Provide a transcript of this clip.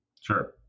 Sure